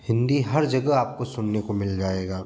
हिंदी हर जगह आपको सुनने को मिल जाएगा